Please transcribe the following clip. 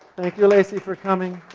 thank you lacey for coming.